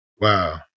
Wow